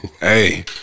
Hey